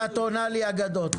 ואת עונה לי אגדות.